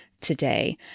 today